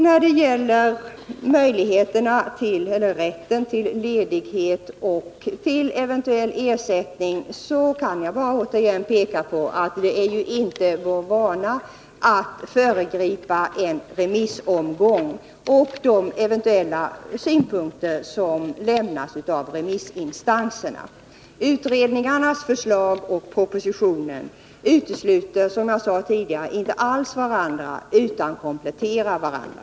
När det gäller rätten till ledighet och eventuella möjligheter till ersättning kan jag återigen peka på att det inte är vår vana att föregripa en remissomgång och de eventuella synpunkter som lämnas av remissinstanserna. Utredningarnas förslag och propositionen utesluter, som jag sade tidigare, inte alls varandra utan kompletterar varandra.